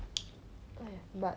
!aiya! but